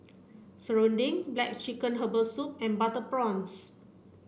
Serunding black chicken herbal soup and butter prawns